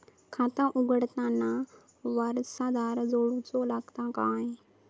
खाता उघडताना वारसदार जोडूचो लागता काय?